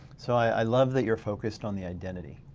so i love that you're focused on the identity.